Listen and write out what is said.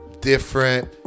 different